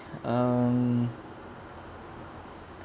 um